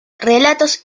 relatos